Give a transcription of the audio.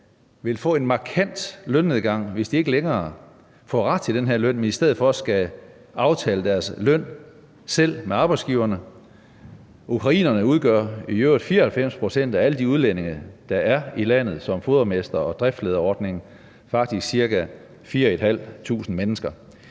vil få en markant lønnedgang, hvis de ikke længere får ret til den her løn, men i stedet for skal aftale deres løn selv med arbejdsgiverne. Ukrainerne udgør i øvrigt 94 pct. af alle de udlændinge, der er i landet på fodermester- og driftslederordningen – faktisk ca. 4.500 mennesker.